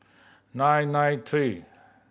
nine nine three